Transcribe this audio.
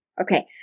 Okay